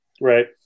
right